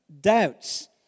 doubts